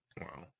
Wow